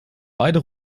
beide